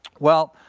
well,